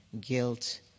guilt